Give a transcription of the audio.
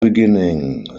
beginning